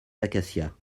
acacias